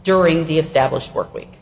during the established work week